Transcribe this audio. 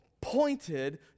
pointed